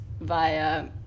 via